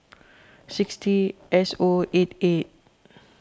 six T S O A eight